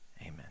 Amen